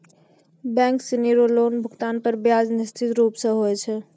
bank सिनी रो loan भुगतान पर ब्याज निश्चित रूप स होय छै